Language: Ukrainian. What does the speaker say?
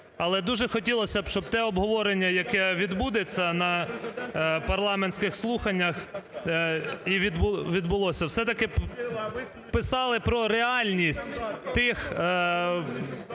Але дуже хотілось би, щоби те обговорення, яке відбудеться на парламентських слуханнях і відбулося, все-таки писали про реальність тих